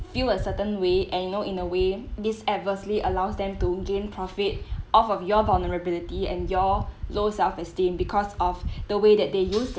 feel a certain way and you know in a way this adversely allows them to gain profit off of your vulnerability and your low self esteem because of the way that they use